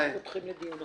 גם לא מתחילים דיון עכשיו.